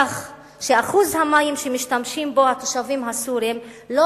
כך שאחוז המים שהתושבים הסורים משתמשים בהם לא